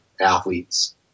athletes